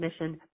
mission